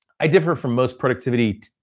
i differ from most productivity,